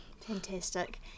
Fantastic